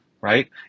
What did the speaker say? right